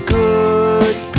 good